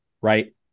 Right